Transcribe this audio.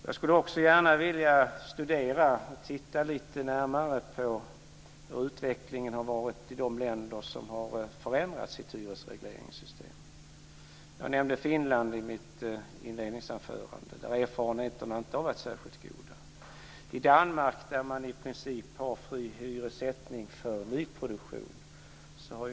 Jag skulle gärna vilja titta lite närmare på hur utvecklingen har varit i de länder där man har förändrat sitt hyresregleringssystem. Jag nämnde Finland i mitt inledningsanförande, där erfarenheterna inte har varit särskilt goda. I Danmark har man i princip fri hyressättning för nyproduktion.